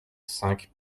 cinq